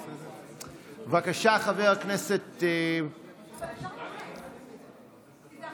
בבקשה, חבר הכנסת, תהיה